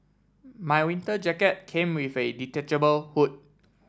my winter jacket came with a detachable hood